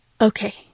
Okay